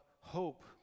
hope